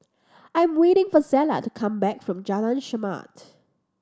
I am waiting for Zella to come back from Jalan Chermat